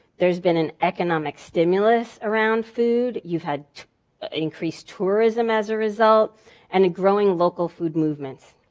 there's been an economic stimulus around food. you've had increase tourism as a result and a growing local food movement.